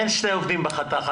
אין שני עובדים בחתך.